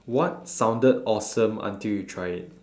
what sounded awesome until you tried it